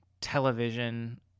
television